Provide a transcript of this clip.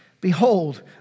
Behold